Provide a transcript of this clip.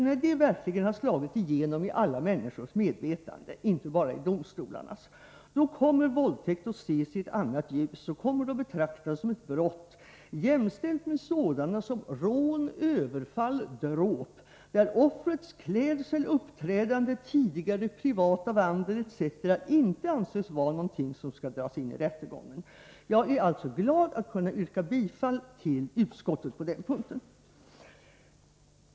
När detta verkligen har slagit igenom i alla människors medvetande, inte bara i domstolarnas, kommer våldtäkt att ses i ett annat ljus och kommer att betraktas som ett brott jämställt med sådana som rån, överfall och dråp, där offrets klädsel, uppträdande, tidigare privata vandel etc. inte anses vara något som skall dras in i rättegången. Jag är alltså glad att kunna yrka bifall till utskottets hemställan på den punkten.